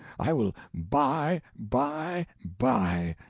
i will buy, buy, buy!